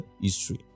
history